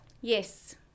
yes